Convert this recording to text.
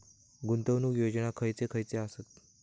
गुंतवणूक योजना खयचे खयचे आसत?